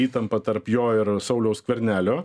įtampą tarp jo ir sauliaus skvernelio